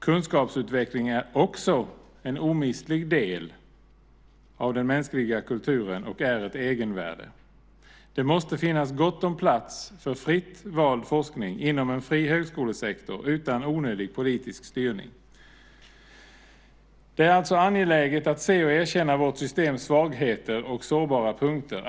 Kunskapsutveckling är också en omistlig del av den mänskliga kulturen och är ett egenvärde. Det måste finnas gott om plats för fritt vald forskning inom en fri högskolesektor utan onödig politisk styrning. Det är alltså angeläget att se och erkänna vårt systems svagheter och sårbara punkter.